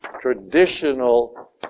traditional